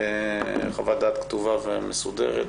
חוות דעת כתובה ומסודרת.